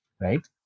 right